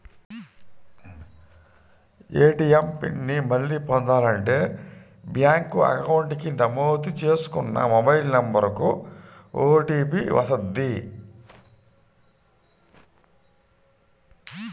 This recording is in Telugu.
ఏటీయం పిన్ ని మళ్ళీ పొందాలంటే బ్యేంకు అకౌంట్ కి నమోదు చేసుకున్న మొబైల్ నెంబర్ కు ఓటీపీ వస్తది